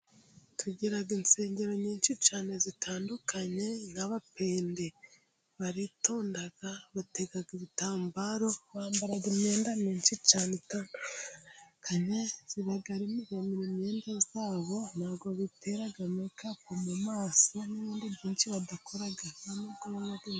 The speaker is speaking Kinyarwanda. Tugira insengero nyinshi cyane zitandukanye nk'abapende. Baritonda bategaga igitambaro bambara imyenda myinshi cyane itandukanye. Iba ari miremire imyenda zabo. Ntabwo bitera meke-up mu maso n'ibindi byinshi badakora.